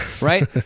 right